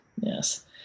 yes